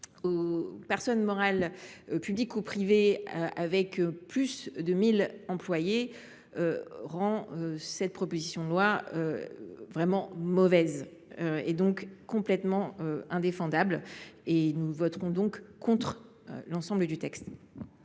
aux personnes morales publiques ou privées comptant plus de 1 000 employés rend cette proposition de loi vraiment mauvaise, donc totalement indéfendable. En conséquence, nous voterons contre l’ensemble du texte.